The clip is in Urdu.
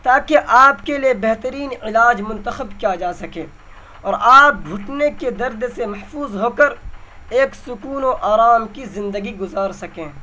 تاکہ آپ کے لیے بہترین علاج منتخب کیا جا سکے اور آپ گھٹنے کے درد سے محفوظ ہو کر ایک سکون و آرام کی زندگی گزار سکیں